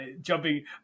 jumping